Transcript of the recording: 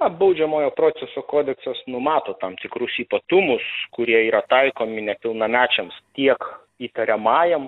na baudžiamojo proceso kodeksas numato tam tikrus ypatumus kurie yra taikomi nepilnamečiams tiek įtariamajam